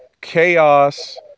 chaos